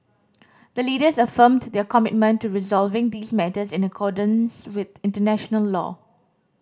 the Leaders affirmed their commitment to resolving these matters in accordance with international law